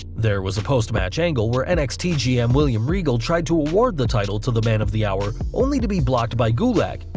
there was a post-match angle where nxt gm william regal tried to award the title to the man of the hour, only to be blocked by gulak,